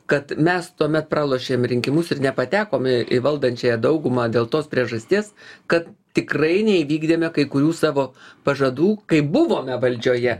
kad mes tuomet pralošėm rinkimus ir nepatekom į valdančiąją daugumą dėl tos priežasties kad tikrai neįvykdėme kai kurių savo pažadų kai buvome valdžioje